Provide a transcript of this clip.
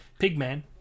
Pigman